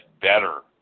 better